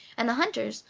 and the hunters,